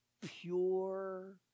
pure